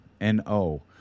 N-O